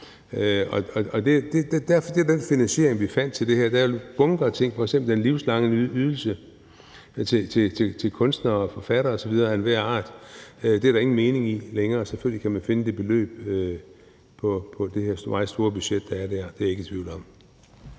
Det er den finansiering, vi fandt til det her. Der er bunker af ting – f.eks. den livslange ydelse til kunstnere, forfattere osv. af enhver art – der ingen mening er i længere; selvfølgelig kan man finde det beløb på det her meget store budget. Det er jeg ikke i tvivl om.